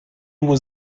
was